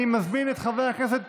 אני מזמין את חבר הכנסת